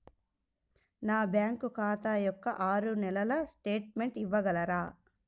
నా బ్యాంకు ఖాతా యొక్క ఆరు నెలల స్టేట్మెంట్ ఇవ్వగలరా?